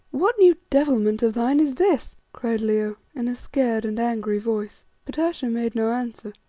what new devilment of thine is this? cried leo in a scared and angry voice. but ayesha made no answer.